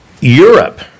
Europe